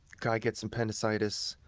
guy gets appendicitis,